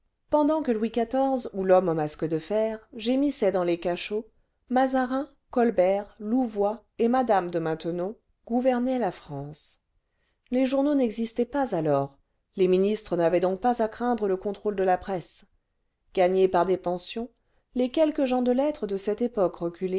pendant que louis xiv ou v homme au masque de fer gémissait dans les cachots mazarin oolbert louvois et mme de maintenon gouvernaient la france les journaux n'existaient pas alors les ministres n'avaient donc pas à craindre le contrôle de la presse gagnés par des pensions les madame de pompadour premiere revendicatrice des droits politiques de la femme quelques gens de lettres de cette époque